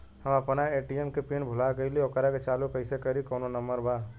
हम अपना ए.टी.एम के पिन भूला गईली ओकरा के चालू कइसे करी कौनो नंबर बा?